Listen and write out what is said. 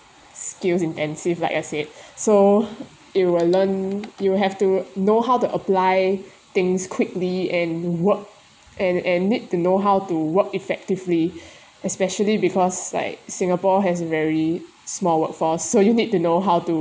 skills intensive like I said so you will learn you'll have to know how to apply things quickly and work and and need to know how to work effectively especially because like singapore has very small workforce so you need to know how to